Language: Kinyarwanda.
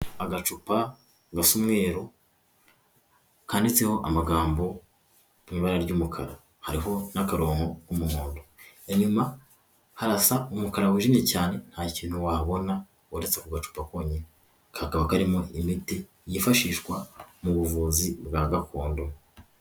Agacupa gasa umweru kanditseho amagambo mu ibara ry'umukara, hariho n'akarongo k'umuhondo, inyuma harasa umukara wijimye cyane nta kintu wabona uretse ako gacupa konyine, kakaba karimo imiti yifashishwa mu buvuzi bwa gakondo.